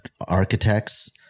architects